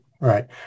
right